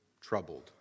troubled